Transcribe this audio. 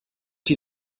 die